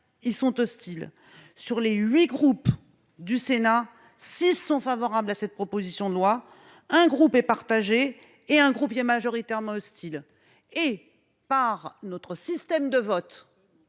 ils sont hostiles. Sur les 8 groupes du Sénat six sont favorables à cette proposition de loi. Un groupe est partagé et un groupe il est majoritairement hostile et par notre système de vote.--